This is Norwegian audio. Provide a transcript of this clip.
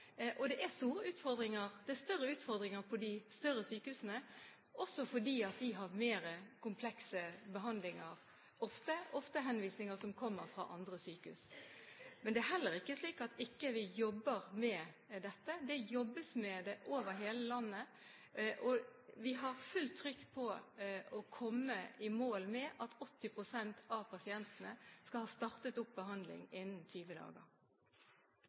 Det er større utfordringer på de større sykehusene, også fordi de ofte har mer komplekse behandlinger og ofte har henvisninger som kommer fra andre sykehus. Men det er ikke slik at vi ikke jobber med dette. Det jobbes med dette over hele landet. Vi har fullt trykk på å komme i mål med at 80 pst. av pasientene skal ha startet opp behandling innen 20